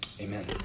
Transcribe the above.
Amen